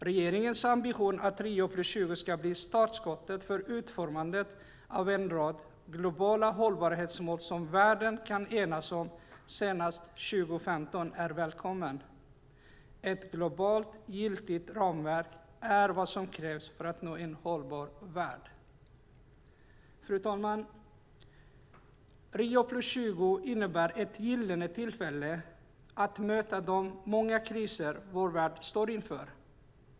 Regeringens ambition att Rio + 20 ska bli startskottet för utformandet av en rad globala hållbarhetsmål som världen kan enas om senast 2015 är välkommen. Ett globalt giltigt ramverk är vad som krävs för att nå en hållbar värld. Fru talman! Rio + 20 innebär ett gyllene tillfälle att möta de många kriser vår värld står inför.